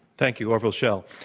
thank you, orville schell.